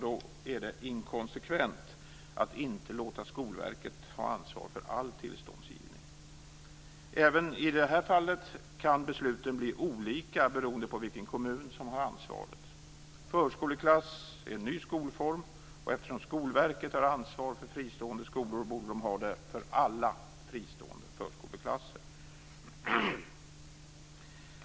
Då är det inkonsekvent att inte låta Skolverket ha ansvar för all tillståndsgivning. Även i detta fall kan besluten bli olika beroende på vilken kommun som har ansvaret. Förskoleklass är en ny skolform, och eftersom Skolverket har ansvar för fristående skolor borde det ha det för alla fristående förskoleklasser.